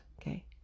okay